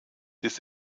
des